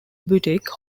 boutique